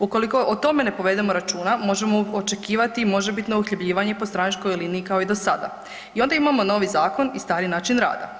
Ukoliko o tome ne povedemo računa možemo očekivati možebitno uhljebljivanje po stranačkoj liniji kao i do sada i onda imamo novi zakon i stari način rada.